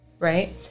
Right